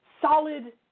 solid